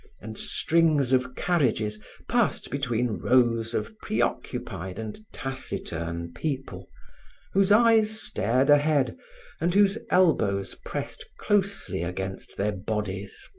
and strings of carriages passed between rows of preoccupied and taciturn people whose eyes stared ahead and whose elbows pressed closely against their bodies.